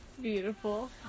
beautiful